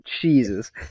Jesus